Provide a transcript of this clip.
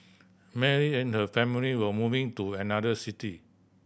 Mary and her family were moving to another city